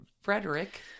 Frederick